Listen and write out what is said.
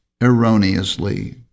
erroneously